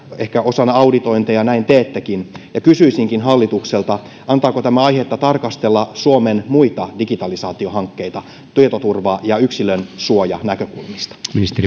ehkä osana auditointeja näin teettekin kysyisinkin hallitukselta antaako tämä aihetta tarkastella suomen muita digitalisaatiohankkeita tietoturva ja yksilönsuojanäkökulmista